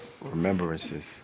Remembrances